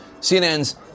CNN's